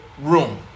room